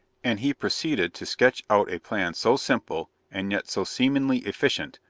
and he proceeded to sketch out a plan so simple, and yet so seemingly efficient,